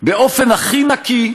באופן הכי נקי,